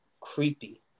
creepy